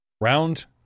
Round